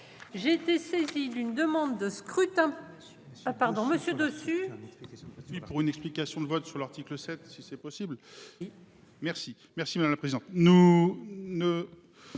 J'ai été saisi d'une demande de scrutin. Ah pardon monsieur dessus.